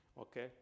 Okay